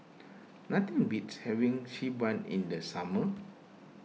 nothing beats having Xi Ban in the summer